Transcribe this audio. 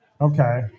Okay